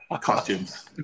costumes